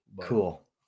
Cool